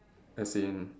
as in